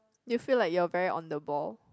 do you feel like you are very on the ball